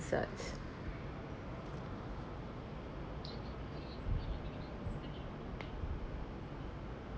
~cert